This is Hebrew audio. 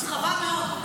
אז חבל מאוד.